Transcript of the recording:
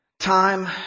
Time